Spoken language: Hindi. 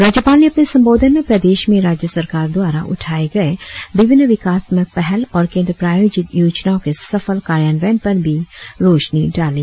राज्यपाल ने अपने संबोधन में प्रदेश में राज्य सरकार द्वारा उठाए गए विभिन्न विकासात्मक पहल और केंद्र प्रायोजित योजनाओ के सफल कार्यान्वयन पर भी रोशनी डाली